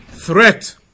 threat